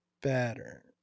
better